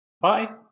Bye